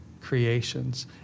creations